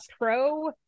pro